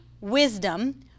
wisdom